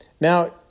Now